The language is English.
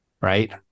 right